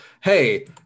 Hey